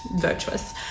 virtuous